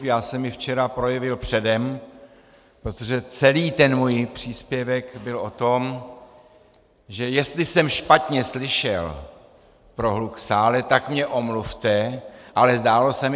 Já jsem ji včera projevil předem, protože celý ten můj příspěvek byl o tom, že jestli jsem špatně slyšel pro hluk v sále, tak mě omluvte, ale zdálo se mi atd. atd.